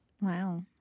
wow